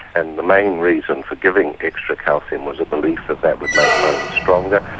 and the main reason for giving extra calcium was a belief that that would make bones stronger.